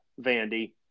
Vandy